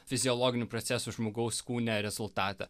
fiziologinių procesų žmogaus kūne rezultatą